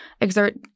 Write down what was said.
exert